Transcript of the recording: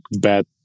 bad